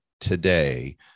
today